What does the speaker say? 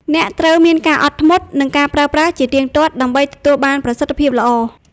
អ្នកត្រូវមានការអត់ធ្មត់ និងប្រើប្រាស់ជាទៀងទាត់ដើម្បីទទួលបានប្រសិទ្ធភាពល្អ។